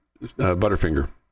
Butterfinger